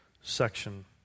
section